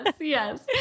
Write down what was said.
yes